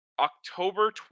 October